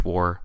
War